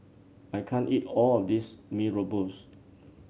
I can't eat all of this Mee Rebus